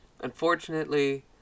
Unfortunately